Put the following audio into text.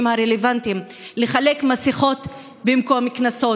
הרלוונטיים לחלק מסכות במקום קנסות.